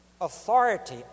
authority